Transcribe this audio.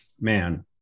man